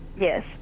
Yes